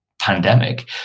pandemic